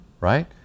right